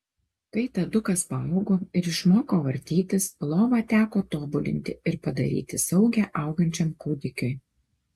kai tadukas paaugo ir išmoko vartytis lovą teko tobulinti ir padaryti saugią augančiam kūdikiui